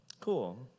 cool